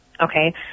okay